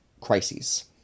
crises